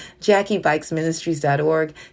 JackieBikesMinistries.org